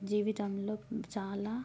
జీవితంలో చాలా